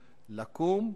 לקום,